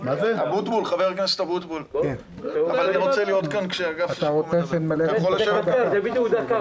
חבר הכנסת אבוטבול, אתה יכול לשבת כאן?